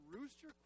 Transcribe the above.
rooster